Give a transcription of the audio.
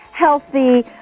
healthy